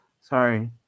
Sorry